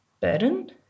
burden